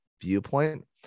viewpoint